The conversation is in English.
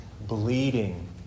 bleeding